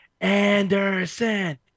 anderson